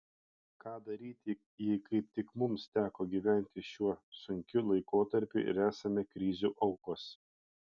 ką daryti jei kaip tik mums teko gyventi šiuo sunkiu laikotarpiu ir esame krizių aukos